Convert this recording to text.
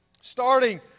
starting